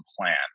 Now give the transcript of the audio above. plan